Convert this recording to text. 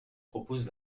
propose